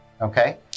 okay